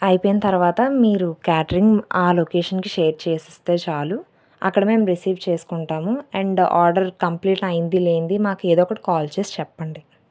అయిపోయిన తరువాత మీరు క్యాటరింగ్ ఆ లొకేషన్కి షేర్ చేసి ఇస్తే చాలు అక్కడ మేము రిసీవ్ చేసుకుంటాము అండ్ ఆర్డర్ కంప్లీట్ అయింది లేంది మాకు ఏదో ఒకటి కాల్ చేసి చెప్పండి